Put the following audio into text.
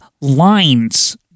lines